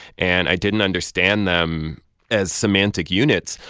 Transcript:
and i didn't understand them as semantic units,